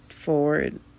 Forward